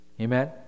Amen